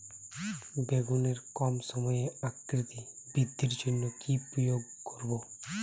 বেগুনের কম সময়ে আকৃতি বৃদ্ধির জন্য কি প্রয়োগ করব?